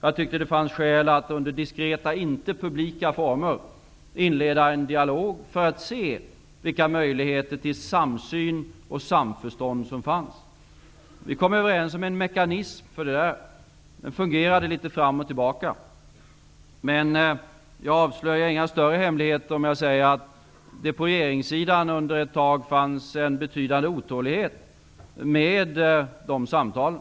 Jag tyckte att det fanns skäl att under diskreta, inte publika, former inleda en dialog för att se vilka möjligheter till samsyn och samförstånd som fanns. Vi kom överens om en mekanism för detta. Den fungerade litet fram och tillbaka. Jag avslöjar emellertid inga större hemligheter om jag säger att det på regeringssidan ett tag fanns en betydande otålighet i fråga om dessa samtal.